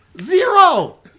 Zero